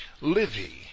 Livy